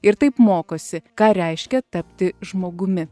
ir taip mokosi ką reiškia tapti žmogumi